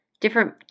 different